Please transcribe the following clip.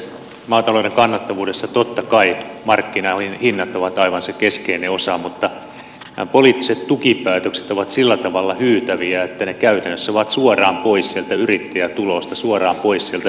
maatalouden kannattavuudessa totta kai markkinahinnat ovat aivan se keskeinen osa mutta poliittiset tukipäätökset ovat sillä tavalla hyytäviä että ne käytännössä ovat suoraan pois sieltä yrittäjätulosta suoraan pois sieltä viivan alta